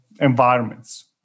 environments